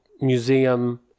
Museum